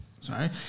Sorry